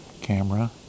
camera